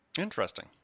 Interesting